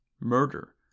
murder